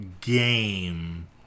game